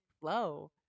flow